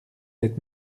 êtes